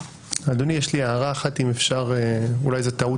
אדוני, יש לי הערה אחת, אולי זה טעות